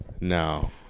no